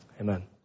Amen